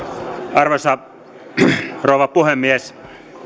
arvoisa rouva puhemies